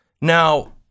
Now